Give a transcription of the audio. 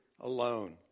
alone